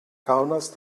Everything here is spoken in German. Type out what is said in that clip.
kaunas